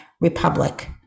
Republic